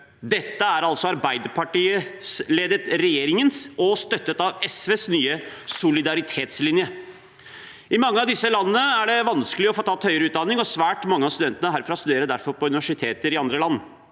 Dette er altså den Arbeiderparti-ledede regjeringens – støttet av SV – nye solidaritetslinje. I mange av disse landene er det vanskelig å få tatt høyere utdanning, og svært mange av studentene herfra studerer derfor på universiteter i andre land.